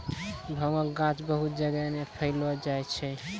भांगक गाछ बहुत जगह नै पैलो जाय छै